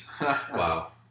Wow